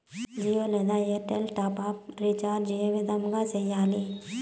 జియో లేదా Airtel top up recharge ఏ విధంగా సేయాలి